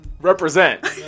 Represent